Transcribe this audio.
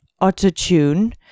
auto-tune